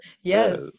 Yes